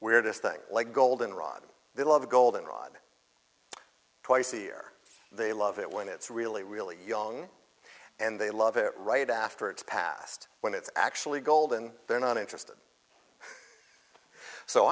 weirdest things like golden rod they love a golden rod twice a year they love it when it's really really young and they love it right after it's past when it's actually golden they're not interested so